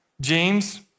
James